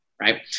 right